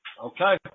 Okay